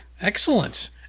Excellent